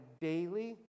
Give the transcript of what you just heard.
daily